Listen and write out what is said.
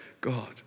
God